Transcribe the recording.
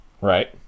Right